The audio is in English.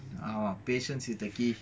patience is the key